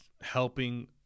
helping